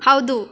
ಹೌದು